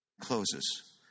Closes